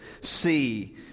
see